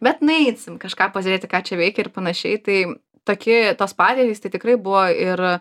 bet nueisim kažką pažiūrėti ką čia veikia ir panašiai tai toki tos patirtys tai tikrai buvo ir